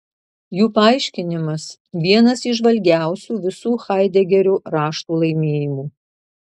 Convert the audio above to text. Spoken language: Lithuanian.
jų paaiškinimas vienas įžvalgiausių visų haidegerio raštų laimėjimų